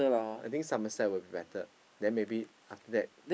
I think Somerset will be better then maybe after that